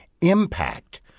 impact